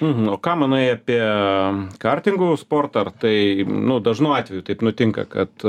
mhm o ką manai apie kartingų sportą ar tai nu dažnu atveju taip nutinka kad